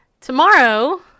Tomorrow